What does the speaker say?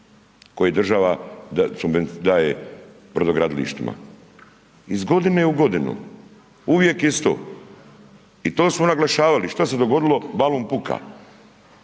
koji država daje brodogradilištima. Iz godine u godinu uvijek isto i to smo naglašavali, i šta se dogodilo? Balun puka.